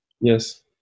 Yes